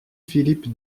philippe